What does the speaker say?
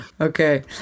Okay